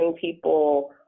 people